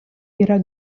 yra